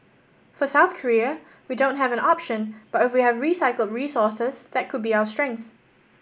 for South Korea we don't have an option but if we have recycled resources that could be our strength